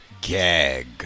gag